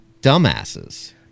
dumbasses